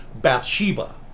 Bathsheba